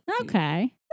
okay